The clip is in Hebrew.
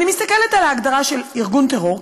אני מסתכלת על ההגדרה של ארגון טרור,